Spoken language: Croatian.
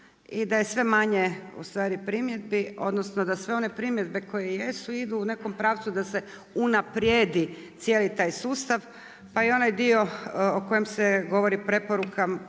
da sve one primjedbe koje jesu idu u nekom pravcu da se unaprijedi cijeli taj sustav, pa i onaj dio o kojem se govori preporuke